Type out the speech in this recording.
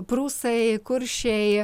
prūsai kuršiai